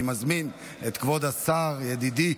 אני מזמין את כבוד השר ידידי